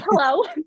hello